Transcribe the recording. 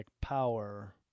power